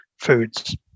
foods